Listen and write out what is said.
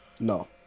No